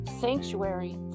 sanctuary